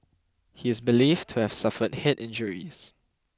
he is believed to have suffered head injuries